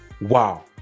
Wow